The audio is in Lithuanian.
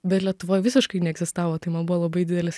bet lietuvoj visiškai neegzistavo tai man buvo labai didelis